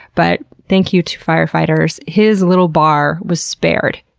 but, thank you to firefighters, his little bar was spared.